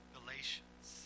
Galatians